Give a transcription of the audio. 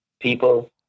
people